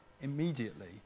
immediately